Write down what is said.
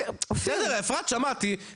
בסדר אפרת שמעתי,